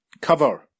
Cover